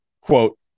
Quote